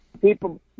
People